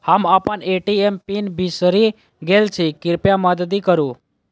हम अप्पन ATM pin बिसरि गेल छी कृपया मददि करू